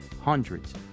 hundreds